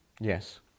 yes